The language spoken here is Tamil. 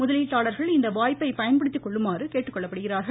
முதலீட்டாளர்கள் இந்த வாய்ப்பை பயன்படுத்திக் கொள்ளுமாறு கேட்டுக்கொள்ளப்படுகிறார்கள்